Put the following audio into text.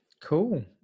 cool